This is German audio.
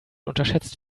unterschätzt